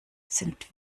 sind